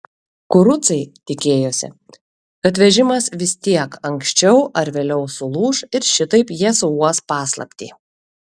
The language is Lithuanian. kurucai tikėjosi kad vežimas vis tiek anksčiau ar vėliau sulūš ir šitaip jie suuos paslaptį